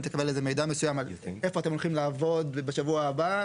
תקבל איזה מידע מסוים על איפה אתם הולכים לעבוד בשבוע הבא,